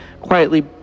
quietly